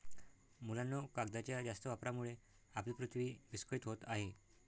मुलांनो, कागदाच्या जास्त वापरामुळे आपली पृथ्वी विस्कळीत होत आहे